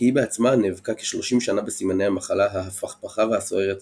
כי היא בעצמה נאבקה כשלושים שנה בסימני המחלה ההפכפכה והסוערת הזו,